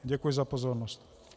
Děkuji za pozornost.